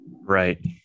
Right